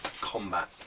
combat